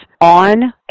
on